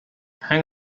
hang